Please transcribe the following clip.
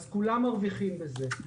אז כולם מרוויחים בזה.